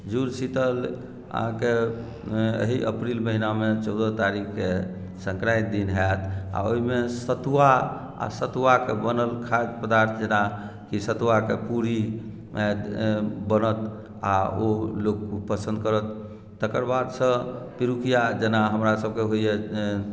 जुड़ शीतल अहाँके एही अप्रिल महीनामे चौदह तारीककेँ सङ्क्रान्ति दिन होयत आ ओहिमे सतुआ आ सतुआके बनल खाद्य पदार्थ जेनाकि सतुआके पूरी बनत आ ओ लोक पसन्द करत तकर बादसँ पिड़ुकिया जेना हमरासभके होइए